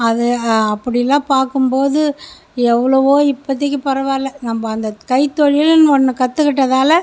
அது அப்டில்லாம் பார்க்கும்போது எவ்ளோவோக இப்போதைக்கு பரவால்ல நம்ப அந்த கைத்தொழில்னு ஒன்று கற்றுக்கிட்டதால